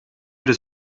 des